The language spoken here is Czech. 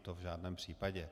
To v žádném případě.